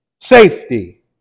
safety